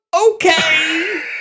Okay